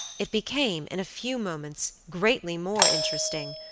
it became, in a few moments, greatly more interesting,